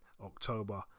october